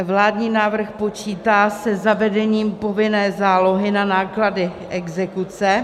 Vládní návrh počítá se zavedením povinné zálohy na náklady exekuce.